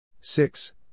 six